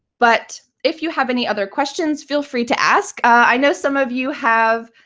but if you have any other questions, feel free to ask. i know some of you have